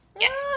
Yes